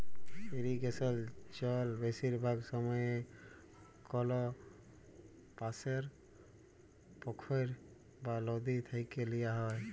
ইরিগেসলে জল বেশিরভাগ সময়ই কল পাশের পখ্ইর বা লদী থ্যাইকে লিয়া হ্যয়